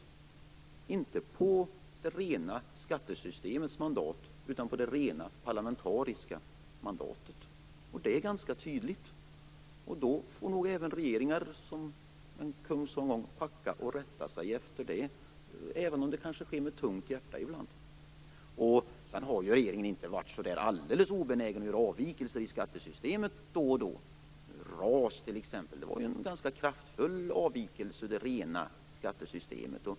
Man regerar inte på det rena skattesystemets mandat utan på det rena parlamentariska mandatet. Det är ganska tydligt. Då får nog även regeringar, som en kung sade en gång, packa och rätta sig efter det, även om det ibland kanske sker med tungt hjärta. Regeringen har ju inte varit helt obenägen att göra avvikelser i skattesystemet då och då. RAS var ju t.ex. en ganska kraftfull avvikelse från det rena skattesystemet.